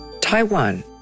Taiwan